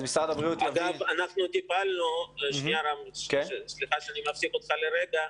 משרד הבריאות יבין --- סליחה שאני מפסיק אותך לרגע,